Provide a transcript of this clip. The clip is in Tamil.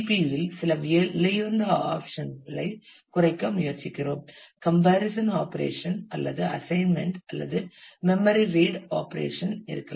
CPU இல் சில விலையுயர்ந்த ஆப்பரேஷன் களை குறைக்க முயற்சிக்கிறோம் கம்பரிசன் ஆப்பரேஷன் அல்லது அசைன்மென்ட் அல்லது மெம்மரி ரீட் ஆப்பரேஷன் இருக்கலாம்